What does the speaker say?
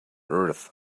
earth